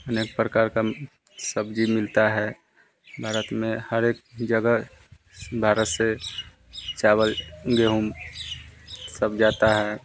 अनेक प्रकार की सब्ज़ी मिलती है भारत में हर एक जगह भारत से चावल गेहूँ सब जाता है